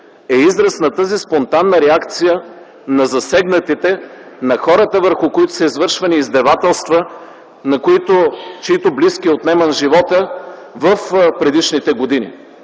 е израз на тази спонтанна реакция на засегнатите, на хората, върху които са извършвани издевателства, на чиито близки е отнеман живота в предишните години.